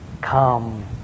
come